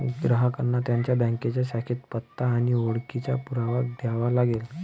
ग्राहकांना त्यांच्या बँकेच्या शाखेत पत्ता आणि ओळखीचा पुरावा द्यावा लागेल